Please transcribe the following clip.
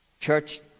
church